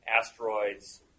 Asteroids